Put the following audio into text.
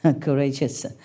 courageous